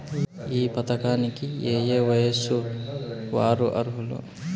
ఈ పథకానికి ఏయే వయస్సు వారు అర్హులు?